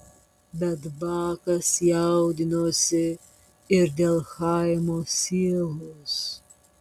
bet bakas jaudinosi ir dėl chaimo sielos